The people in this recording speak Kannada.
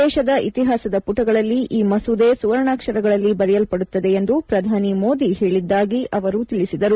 ದೇಶದ ಇತಿಹಾಸದ ಪುಣಗಳಲ್ಲಿ ಈ ಮಸೂದೆ ಸುವರ್ಣಾಕ್ಷರಗಳಲ್ಲಿ ಬರೆಯಲ್ಲಡುತ್ತದೆ ಎಂದು ಪ್ರಧಾನಿ ಮೋದಿ ಹೇಳಿದ್ದಾಗಿ ಅವರು ತಿಳಿಸಿದರು